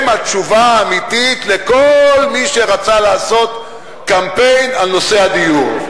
הם התשובה האמיתית לכל מי שרצה לעשות קמפיין על נושא הדיור.